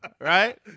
right